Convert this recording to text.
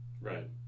Right